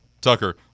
Tucker